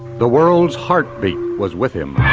the world's heartbeat was with him.